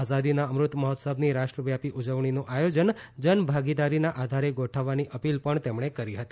આઝાદીના અમૃત મહોત્સવની રાષ્ટ્રવ્યાપી ઉજવણીનું આયોજન જન ભાગીદારીના આધારે ગોઠવવાની અપીલ પણ તેમણે કરી હતી